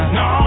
no